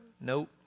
nope